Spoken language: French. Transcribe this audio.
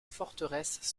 forteresse